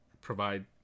provide